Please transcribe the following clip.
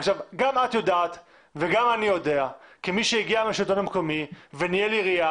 גם את יודעת וגם אני יודע כמי שהגיע מהשלטון המקומי וניהל עירייה,